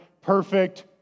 Perfect